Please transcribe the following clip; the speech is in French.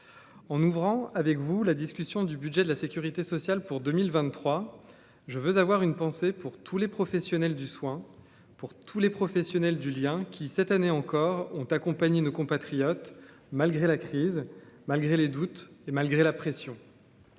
en ouvrant avec vous la discussion du budget de la Sécurité sociale pour 2023 je veux avoir une pensée pour tous les professionnels du soin pour tous les professionnels du lien qui, cette année encore, ont accompagné nos compatriotes malgré la crise, malgré les doutes et malgré la pression.